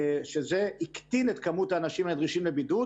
שזה הקטין את כמות האנשים הנדרשים לבידוד.